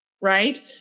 Right